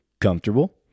comfortable